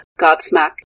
Godsmack